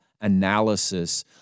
analysis